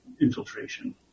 infiltration